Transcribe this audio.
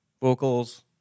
vocals